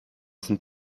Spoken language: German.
sind